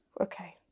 Okay